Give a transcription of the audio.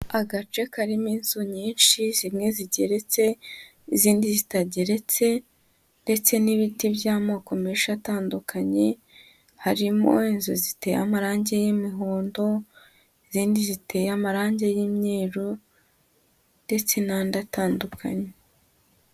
Agace karimo inzu nyinshi, zimwe zigeretse izindi zitageretse ndetse n'ibiti by'amoko menshi atandukanye, harimo inzu ziteye amarangi y'imihondo, izindi ziteye amarange y'imyeru ndetse n'andi atandukanye.